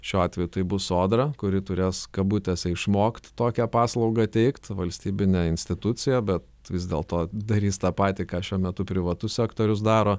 šiuo atveju tai bus sodra kuri turės kabutėse išmokt tokią paslaugą teikt valstybinė institucija bet vis dėlto darys tą patį ką šiuo metu privatus sektorius daro